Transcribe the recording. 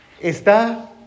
está